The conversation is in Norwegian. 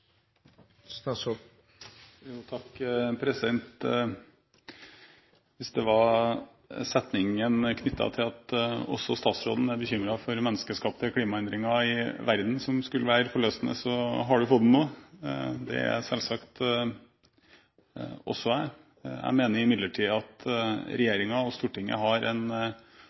for menneskeskapte klimaendringer i verden som skulle være det forløsende, har du fått den nå: Det er selvsagt også jeg. Jeg mener imidlertid at regjeringen og Stortinget har en